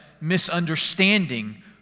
misunderstanding